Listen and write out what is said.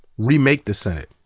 remake the senate.